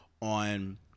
on